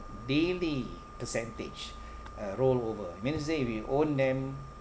daily percentage uh roll over meaning to say if you own them